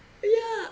ya